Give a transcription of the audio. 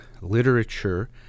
literature